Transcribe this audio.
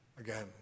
Again